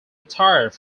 retired